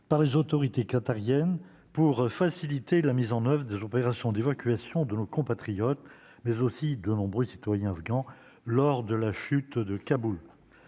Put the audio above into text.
par les autorités qatariennes pour faciliter la mise en oeuvre des opérations d'évacuation de nos compatriotes, mais aussi de nombreux citoyens afghans lors de la chute de Kaboul,